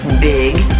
Big